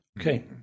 Okay